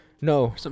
no